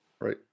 right